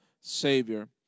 Savior